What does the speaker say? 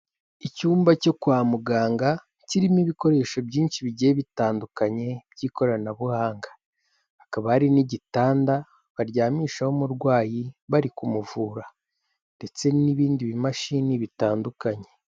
Icyumba cyo kwa muganga kirimo ibikoresho byinshi bigiye bitandukanye by'ikoranabuhanga, hakaba hari n'igitanda baryamishaho umurwayi bari kumuvura ndetse n'ibindi bimashini bitandukanye.